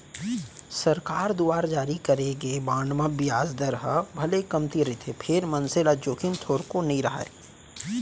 सरकार दुवार जारी करे गे बांड म बियाज दर ह भले कमती रहिथे फेर मनसे ल जोखिम थोरको नइ राहय